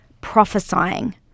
prophesying